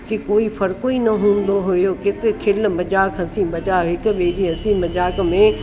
कि कोई फ़र्क़ ई न हूंदो हुयो के खिल मज़ाक हंसी मज़ाक ऐं हिक ॿिए जी हंसी मज़ाक